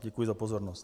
Děkuji za pozornost.